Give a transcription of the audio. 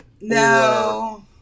No